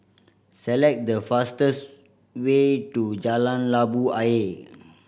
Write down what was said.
select the fastest way to Jalan Labu Ayer